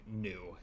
new